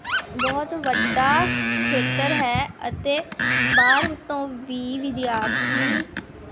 ਬਹੁਤ ਵੱਡਾ ਖੇਤਰ ਹੈ ਅਤੇ ਬਾਹਰ ਉੱਤੋਂ ਵੀ ਵਿਦਿਆਰਥੀ